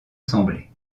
semblait